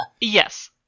Yes